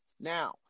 now